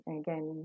again